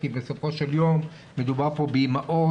כי בסופו של יום מדובר באמהות,